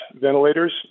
ventilators